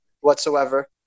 whatsoever